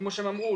כמו שהם אמרו,